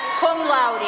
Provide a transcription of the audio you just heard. cum laude.